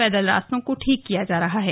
पैदल रास्तों को ठीक किया जा रहा है